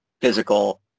physical